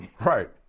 Right